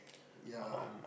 ya